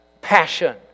Passion